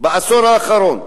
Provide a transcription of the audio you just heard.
בעשור האחרון?